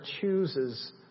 chooses